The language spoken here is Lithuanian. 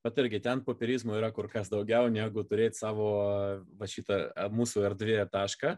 vat irgi ten popierizmo yra kur kas daugiau negu turėti savo va šitą mūsų erdvė tašką